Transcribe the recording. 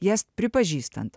jas pripažįstant